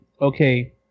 okay